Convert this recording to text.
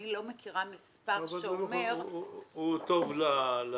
אני לא מכירה מספר שאומר --- אבל הוא טוב לטקסט,